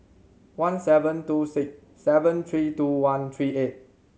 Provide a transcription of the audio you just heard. one seven two six seven three two one three eight